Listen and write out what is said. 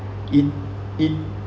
it it